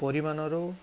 পৰিমাণৰো